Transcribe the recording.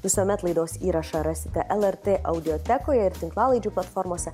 visuomet laidos įrašą rasite lrt audiotekoje ir tinklalaidžių platformose